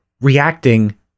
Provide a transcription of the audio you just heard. reacting